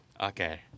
Okay